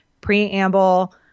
preamble